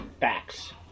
Facts